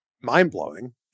mind-blowing